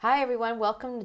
hi everyone welcome